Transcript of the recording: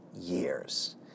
years